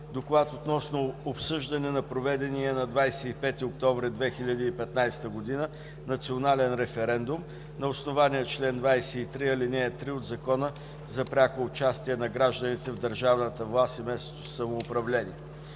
„ДОКЛАД относно обсъждане на проведения на 25 октомври 2015 г. национален референдум, на основание чл. 23, ал. 3 от Закона за пряко участие на гражданите в държавната власт и местното самоуправление